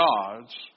God's